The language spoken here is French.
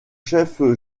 fils